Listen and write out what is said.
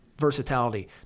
versatility